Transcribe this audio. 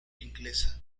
inglesa